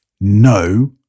no